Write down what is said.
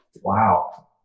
Wow